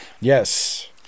Yes